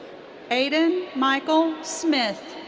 aidan michael smith.